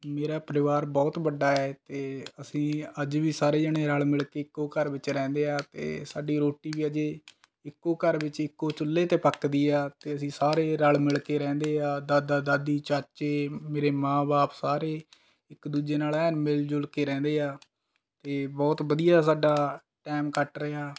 ਮੇਰਾ ਪਰਿਵਾਰ ਬਹੁਤ ਵੱਡਾ ਹੈ ਅਤੇ ਅਸੀਂ ਅੱਜ ਵੀ ਸਾਰੇ ਜਣੇ ਰਲ਼ ਮਿਲ਼ ਕੇ ਇੱਕੋ ਘਰ ਵਿੱਚ ਰਹਿੰਦੇ ਹਾਂ ਅਤੇ ਸਾਡੀ ਰੋਟੀ ਵੀ ਅਜੇ ਇੱਕੋ ਘਰ ਵਿੱਚ ਇੱਕੋ ਚੁੱਲ੍ਹੇ 'ਤੇ ਪੱਕਦੀ ਹੈ ਅਤੇ ਅਸੀਂ ਸਾਰੇ ਰਲ਼ ਮਿਲ ਕੇ ਰਹਿੰਦੇ ਹਾਂ ਦਾਦਾ ਦਾਦੀ ਚਾਚੇ ਮੇਰੇ ਮਾਂ ਬਾਪ ਸਾਰੇ ਇੱਕ ਦੂਜੇ ਨਾਲ ਐਨ ਮਿਲ ਜੁਲ ਕੇ ਰਹਿੰਦੇ ਹੈ ਅਤੇ ਬਹੁਤ ਵਧੀਆ ਸਾਡਾ ਟਾਈਮ ਕੱਟ ਰਿਹਾ